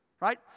right